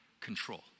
control